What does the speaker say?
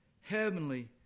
heavenly